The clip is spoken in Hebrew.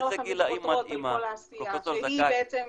לכם בפרוטרוט על כל העשייה שהיא בעצם